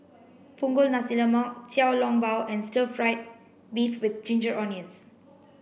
Punggol Nasi Lemak Xiao Long Bao and stir fried beef with ginger onions